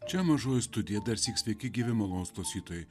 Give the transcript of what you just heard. čia mažoji studija dar syk sveiki gyvi malonūs klausytojai